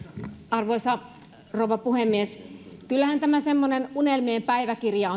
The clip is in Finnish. arvoisa rouva puhemies kyllähän tämä hallitusohjelma on semmoinen unelmien päiväkirja